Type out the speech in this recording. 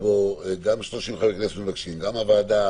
שבו גם 30 חברי כנסת מבקשים, גם הוועדה